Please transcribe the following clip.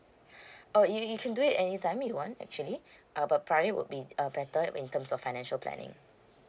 uh you you can do it anytime you want actually uh but primary would be uh better in terms of financial planning